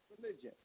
Religion